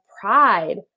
pride